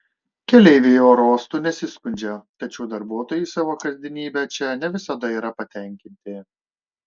keleiviai oro uostu nesiskundžia tačiau darbuotojai savo kasdienybe čia ne visada yra patenkinti